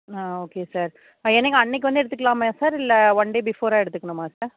ஆ okay sir என்றைக்கு அன்றைக்கு வந்து எடுத்துக்கலாமா சார் இல்லை ஒன் டே பிஃபோராக எடுத்துக்கணுமா சார்